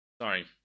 Sorry